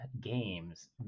games